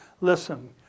Listen